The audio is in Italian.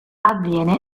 avviene